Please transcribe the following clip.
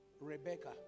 Rebecca